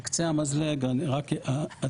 על קצה המזלג אני רק אציין,